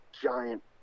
giant